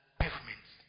pavements